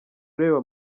ureba